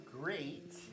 great